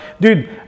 dude